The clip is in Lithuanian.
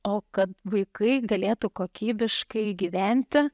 o kad vaikai galėtų kokybiškai gyventi